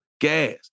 gas